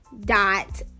dot